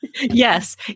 Yes